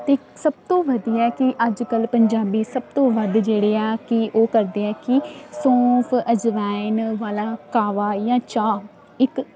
ਅਤੇ ਸਭ ਤੋਂ ਵਧੀਆ ਕੀ ਅੱਜ ਕੱਲ੍ਹ ਪੰਜਾਬੀ ਸਭ ਤੋਂ ਵੱਧ ਜਿਹੜੇ ਆ ਕਿ ਉਹ ਕਰਦੇ ਆ ਕਿ ਸੌਂਫ ਅਜਵਾਇਣ ਵਾਲਾ ਕਾਹਵਾ ਜਾਂ ਚਾਹ ਇੱਕ